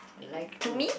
to me